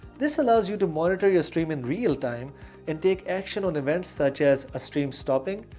this allows you to monitor your stream in real time and take action on events such as a stream stopping,